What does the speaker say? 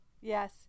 yes